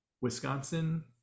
Wisconsin